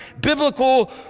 biblical